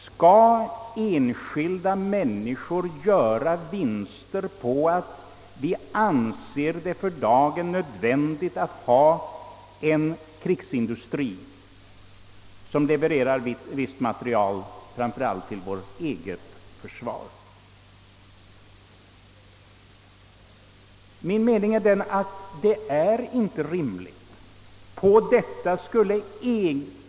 Skall enskilda människor göra vinster på att vi anser det för dagen nödvändigt att ha en krigsindustri, som levererar visst materiel framför allt till vårt eget försvar? Min mening är att detta inte är godtagbart.